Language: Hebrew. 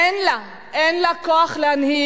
אין לה, אין לה כוח להנהיג,